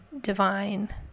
divine